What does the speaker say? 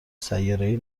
سیارهای